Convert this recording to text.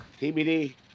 TBD